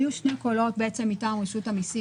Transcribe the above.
היו שני קולות מטעם רשות המיסים.